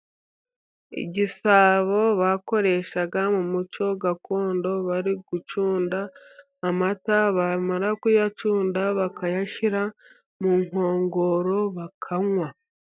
Igisabo bakoreshaga mu muco gakondo bari gucunda amata, bamara kuyacunda bakayashira mu nkongoro bakanywa.